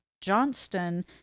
Johnston